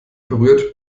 berührt